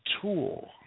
tool